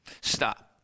stop